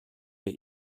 der